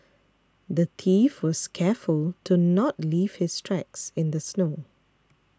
the thief was careful to not leave his tracks in the snow